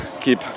keep